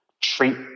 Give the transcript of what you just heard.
treat